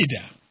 leader